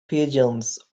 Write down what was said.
pigeons